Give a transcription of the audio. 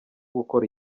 gukora